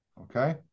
okay